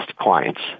clients